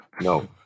No